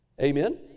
Amen